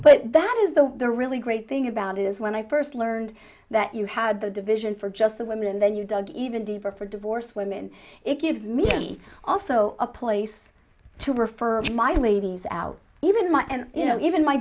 but that is the really great thing about it is when i first learned that you had the division for just the women then you dug even deeper for divorced women it gives me also a place to prefer my ladies out even my and you know even my